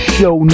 Show